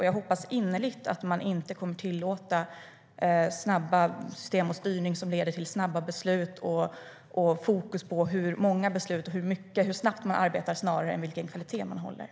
Jag hoppas innerligt att man inte kommer att tillåta att det införs snabba system för styrning som leder till snabba beslut och ett fokus snarare på hur snabbt man arbetar än på vilken kvalitet man håller.